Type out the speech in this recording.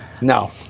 No